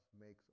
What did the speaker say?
makes